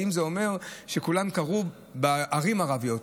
האם זה אומר שכולם קרו בערים ערביות.